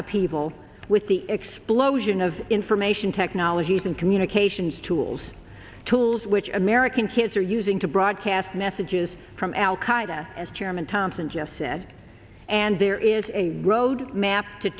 upheaval with the explosion of information technologies and communications tools tools which american kids are using to broadcast messages from al qaeda as chairman thompson just said and there is a road map to